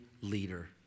leader